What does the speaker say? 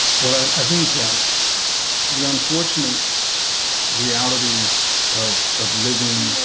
well, i think that the unfortunate reality of of living